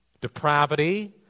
depravity